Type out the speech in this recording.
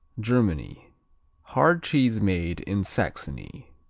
germany hard cheese made in saxony.